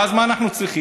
ואז, מה אנחנו צריכים?